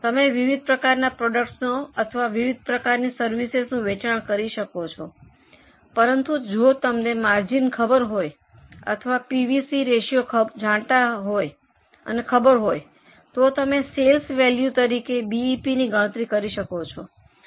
તમે વિવિધ પ્રકારનાં પ્રોડક્ટસનો અથવા વિવિધ પ્રકારની સર્વિસિસનું વેચાણ કરી શકો છો પરંતુ જો તમને માર્જિન ખબર હોય અથવા પીવી રેશિયો જાણતા ખબર હોય તો તમે સેલ્સ વેલ્યુમાં તરીકે બીઈપીની ગણતરી કરી શકો છો